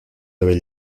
debe